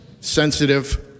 sensitive